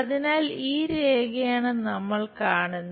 അതിനാൽ ഈ രേഖയാണ് നമ്മൾ കാണുന്നത്